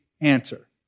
answer